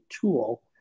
tool